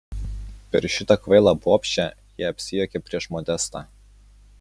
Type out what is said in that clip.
per šitą kvailą bobšę ji apsijuokė prieš modestą